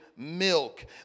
Milk